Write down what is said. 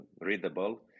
readable